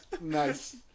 Nice